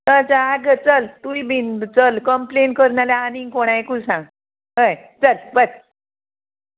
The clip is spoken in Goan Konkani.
च आगो चल तूंय बीन चल कंप्लेन करना आनीक कोणायकू सांग हय चल वच